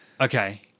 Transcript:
Okay